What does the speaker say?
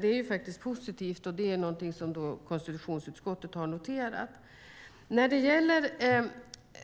Det är positivt, och det är alltså något konstitutionsutskottet har noterat. När det gäller